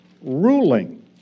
ruling